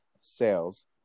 sales